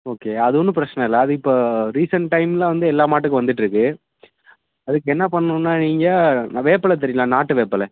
okay அது ஒன்றும் பிரச்சனைல்ல அது இப்போது ரீசன்ட் டைம்ல வந்து எல்லாம் மாட்டுக்கும் வந்துகிட்ருக்கு அதுக்கு என்ன பண்ணும்னா நீங்கள் வேப்பில தெரியுமில்ல நாட்டு வேப்பில